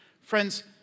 Friends